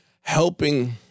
helping